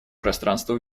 пространства